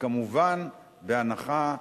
וכמובן בהנחה,